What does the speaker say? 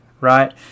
right